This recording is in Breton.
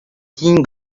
din